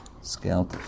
scale